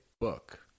book